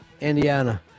Indiana